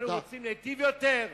אנחנו רוצים להיטיב יותר,